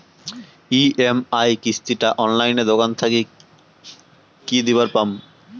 EMI কিস্তি টা অনলাইনে দোকান থাকি কি দিবার পাম?